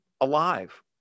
alive